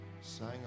sang